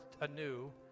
anew